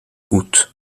août